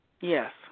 Yes